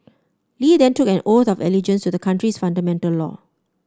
Li then took an oath of allegiance to the country's fundamental law